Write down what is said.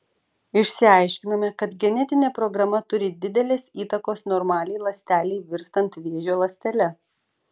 išsiaiškinome kad genetinė programa turi didelės įtakos normaliai ląstelei virstant vėžio ląstele